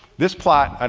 this plot, and